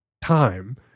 time